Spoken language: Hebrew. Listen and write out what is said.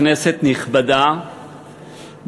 כנסת נכבדה,